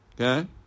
Okay